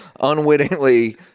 unwittingly